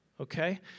Okay